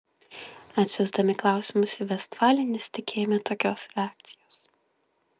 atsiųsdami klausimus į vestfaliją nesitikėjome tokios reakcijos